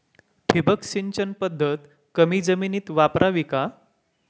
ठिबक सिंचन पद्धत कमी जमिनीत वापरावी का?